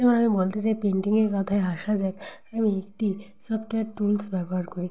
এবার আমি বলতে চাই পেন্টিংয়ের কথায় আসা যাক আমি একটি সফটওয়্যার টুলস ব্যবহার করি